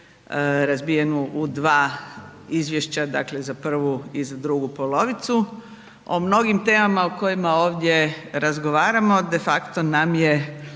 razbijenu u dva izvješća dakle za prvu i za drugu polovicu. O mnogim temama o kojima ovdje razgovaramo de facto nam je